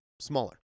smaller